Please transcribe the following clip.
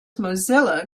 mozilla